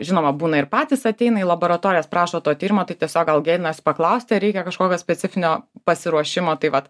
žinoma būna ir patys ateina į laboratorijas prašo to tyrimo tai tiesiog gal gėdinasi paklausti ar reikia kažkokio specifinio pasiruošimo tai vat